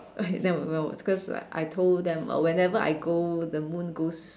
okay nevermind because like I told them whenever I go the moon goes